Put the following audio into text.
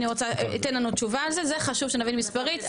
תן לנו תשובה על זה, חשוב שנבין מספרית.